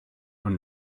und